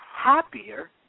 happier